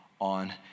on